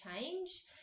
change